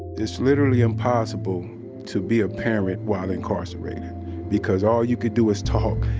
it's literally impossible to be a parent while incarcerated because all you can do is talk,